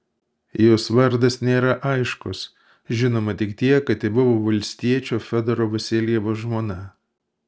jos vardas nėra aiškus žinoma tik tiek kad ji buvo valstiečio fiodoro vasiljevo žmona